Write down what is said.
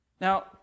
Now